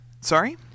Sorry